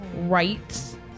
right